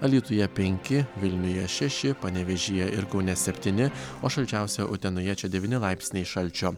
alytuje penki vilniuje šeši panevėžyje ir kaune septyni o šalčiausia utenoje čia devyni laipsniai šalčio